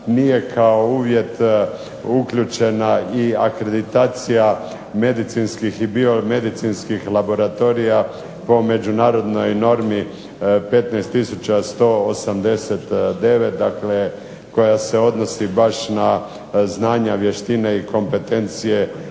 nije kao uvjet uključena i akreditacija medicinskih i biomedicinskih laboratorija po međunarodnoj normi 15189. Dakle, koja se odnosi baš na znanja, vještine i kompetencije